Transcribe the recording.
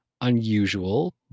unusual